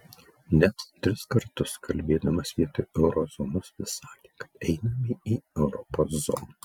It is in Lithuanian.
net tris kartus kalbėdamas vietoj euro zonos vis sakė kad einame į europos zoną